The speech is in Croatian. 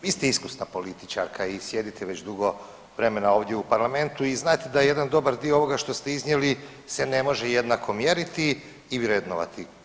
Vi ste iskusna političarka i sjedite već dugo vremena ovdje u Parlamentu i znate da jedan dobar dio ovoga što ste iznijeli se ne može jednako mjeriti i vrednovati.